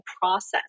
process